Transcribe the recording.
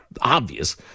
obvious